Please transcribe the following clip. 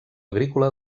agrícola